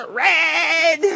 red